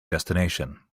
destination